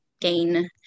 gain